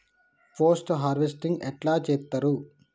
Post harvesting ఎట్ల చేత్తరు?